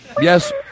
Yes